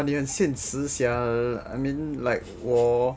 !wah! 你很现实 sia I mean like 我